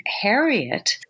Harriet